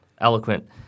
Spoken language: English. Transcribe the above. eloquent